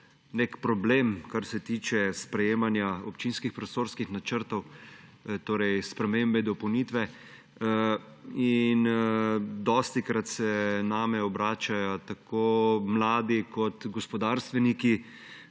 nek problem, kar se tiče sprejemanja občinskih prostorskih načrtov, torej spremembe in dopolnitve. Dostikrat se name obračajo tako mladi kot gospodarstveniki,